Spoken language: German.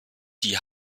die